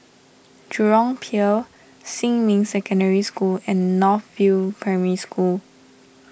Jurong Pier Xinmin Secondary School and North View Primary School